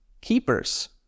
keepers